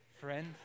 friend